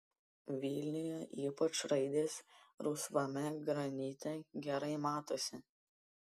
vilniuje ypač raidės rusvame granite gerai matosi